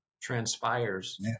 transpires